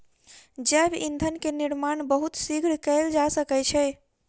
जैव ईंधन के निर्माण बहुत शीघ्र कएल जा सकै छै